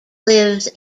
lives